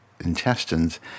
intestines